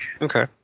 Okay